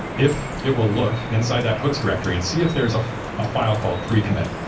if it will look inside that hooks directory and see if there's a ah file called pre-commit.